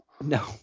No